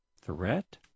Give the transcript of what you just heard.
threat